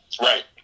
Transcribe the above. Right